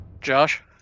Josh